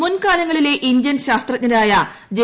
മുൻകാല ങ്ങളിലെ ഇന്ത്യൻ ശാസ്ത്രജ്ഞരായ ജെ